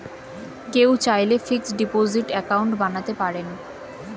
কেউ চাইলে fixed deposit account বানাতে পারেন